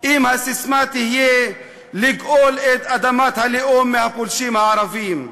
אם הססמה תהיה "לגאול את אדמת הלאום מהפולשים הערבים".